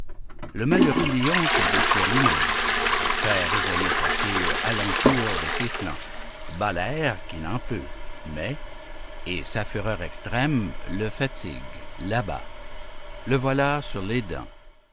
le malheureux lion se déchire lui-même fait résonner sa queue à l'entour de ses flancs bat l'air qui n'en peut mais et sa fureur extrême le fatigue l'abat le voilà sur les dents